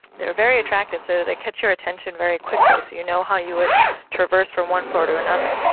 they're very attractive, so they catch your attention very quickly so you know how you would traverse from one floor to another.